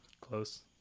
Close